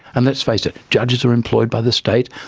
and let's face it, judges are employed by the state,